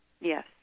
Yes